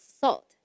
salt